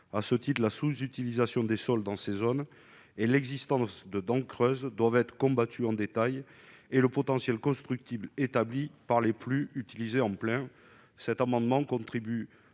À ce titre, la sous-utilisation des sols dans les zones urbaines et l'existence de dents creuses doivent être combattues en détail, et le potentiel constructible établi par les PLU doit être utilisé à plein. Cet amendement a pour